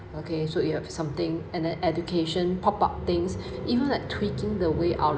okay so you have something and then education pop up things even like tweaking the way out